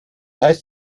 heißt